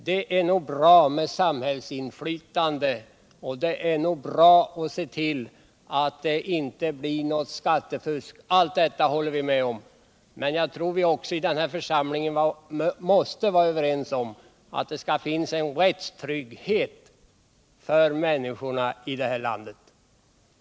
Det är nog bra med samhällsinflytande och att se till att det inte blir något skattefusk, men jag tror att vi i den här församlingen också måste vara överens om att det skall finnas en rättstrygghet för människorna i det här landet.